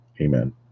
Amen